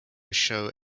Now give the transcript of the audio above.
show